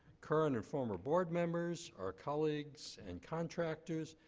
current and former board members, our colleagues and contractors,